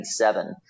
1997